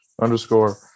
underscore